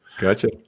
Gotcha